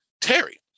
Terry